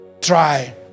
try